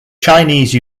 chinese